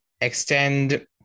extend